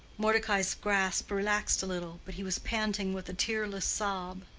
mordecai's grasp relaxed a little, but he was panting with a tearless sob.